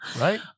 Right